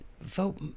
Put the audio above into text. Vote